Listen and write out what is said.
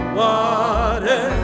water